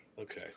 Okay